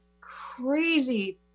crazy